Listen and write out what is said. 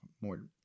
more